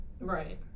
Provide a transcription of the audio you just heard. Right